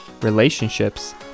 relationships